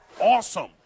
awesome